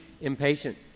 impatient